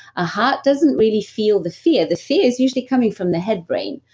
ah heart doesn't really feel the fear. the fear is usually coming from the head brain,